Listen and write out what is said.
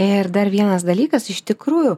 ir dar vienas dalykas iš tikrųjų